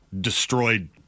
destroyed